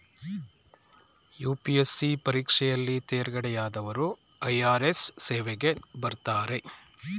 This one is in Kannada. ಯು.ಪಿ.ಎಸ್.ಸಿ ಪರೀಕ್ಷೆಯಲ್ಲಿ ತೇರ್ಗಡೆಯಾದವರು ಐ.ಆರ್.ಎಸ್ ಸೇವೆಗೆ ಬರ್ತಾರೆ